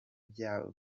bya